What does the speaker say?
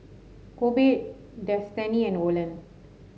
Kobe Destany and Olan